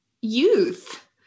youth